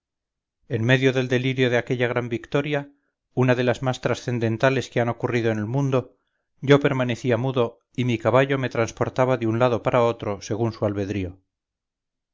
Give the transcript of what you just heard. en medio del delirio de aquella gran victoria una de las más trascendentales que han ocurrido en el mundo yo permanecía mudo y mi caballo me transportaba de un lado para otro según su albedrío